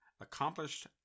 accomplished